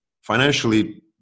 financially